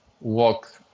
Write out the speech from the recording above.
walk